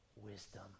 wisdom